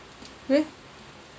really